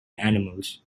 animals